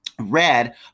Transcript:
Red